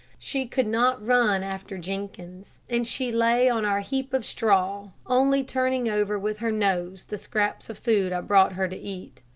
she could not run after jenkins, and she lay on our heap of straw, only turning over with her nose the scraps of food i brought her to eat.